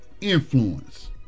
influence